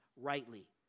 rightly